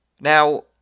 Now